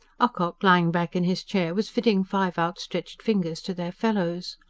ocock, lying back in his chair, was fitting five outstretched fingers to their fellows.